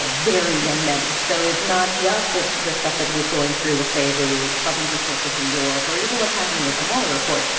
ah varied and many. so it's not just the the stuff that he is going through with, say, the southern district of new york, or even what's happening with the mueller report.